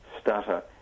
stutter